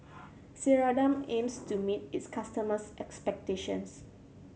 Ceradan aims to meet its customers' expectations